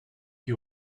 you